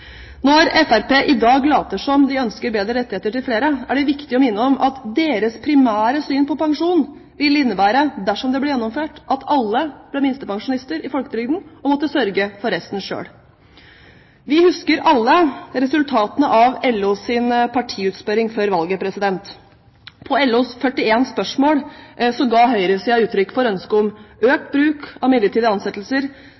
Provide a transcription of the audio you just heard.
Når Fremskrittspartiet i dag later som de ønsker bedre rettigheter til flere, er det viktig å minne om at deres primære syn på pensjon ville, dersom det ble gjennomført, innebære at alle ble minstepensjonister i folketrygden og måtte sørge for resten selv. Vi husker alle resultatene av LOs partiutspørring før valget. På LOs 41 spørsmål ga høyresiden uttrykk for ønsket om